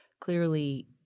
clearly